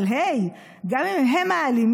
אבל הי, גם אם הם האלימים,